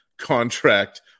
contract